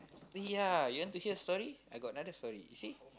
ya you want to hear a story I got another story you see